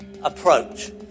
approach